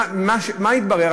מה התברר?